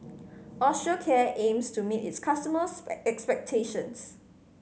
osteocare aims to meet its customers' expectations